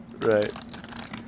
Right